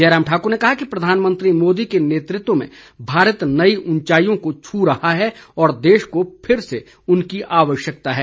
जयराम ठाक्र ने कहा कि प्रधानमंत्री मोदी के नेतृत्व में भारत नई उंचाईयों को छू रहा है और देश को फिर से उनकी आवश्यकता है